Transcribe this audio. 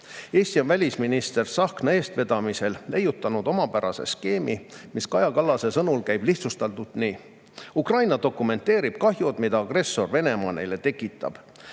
Eesti on välisminister Tsahkna eestvedamisel leiutanud omapärase skeemi, mis Kaja Kallase sõnul käib lihtsustatult nii. Ukraina dokumenteerib kahjud, mida agressor Venemaa neile tekitab.